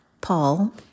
Paul